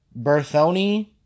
Berthoni